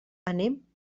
anem